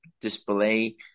display